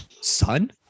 Son